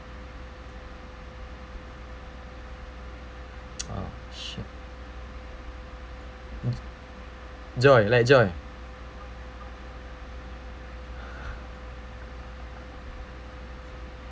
orh shit joy like joy